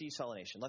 desalination